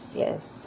yes